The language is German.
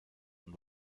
und